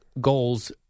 goals